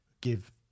give